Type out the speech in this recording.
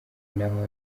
naho